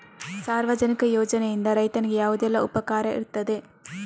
ಸಾರ್ವಜನಿಕ ಯೋಜನೆಯಿಂದ ರೈತನಿಗೆ ಯಾವುದೆಲ್ಲ ಉಪಕಾರ ಇರ್ತದೆ?